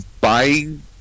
buying